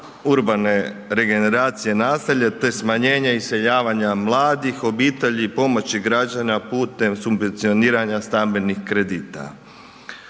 urbane regeneracije naselja te smanjenje iseljavanja mladih obitelji i pomoći građana putem subvencioniranja stambenih kredita.